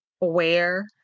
aware